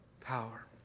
power